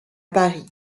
paris